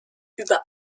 über